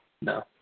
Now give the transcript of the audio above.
No